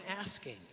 asking